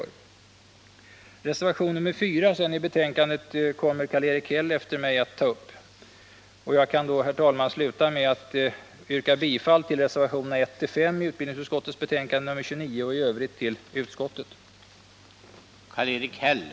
Reservation nr 4 kommer Karl-Erik Häll att ta upp. Jag kan därför, herr talman, avsluta med att yrka bifall till reservationerna 1-5 i utbildningsutskottets betänkande nr 29 samt i övrigt till utskottets hemställan.